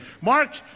Mark